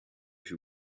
who